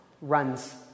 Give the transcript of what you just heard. runs